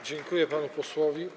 Dziękuję panu posłowi.